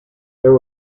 there